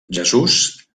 jesús